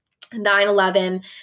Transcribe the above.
9-11